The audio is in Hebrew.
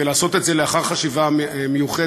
ולעשות את זה לאחר חשיבה מיוחדת.